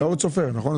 טעות סופר, נכון?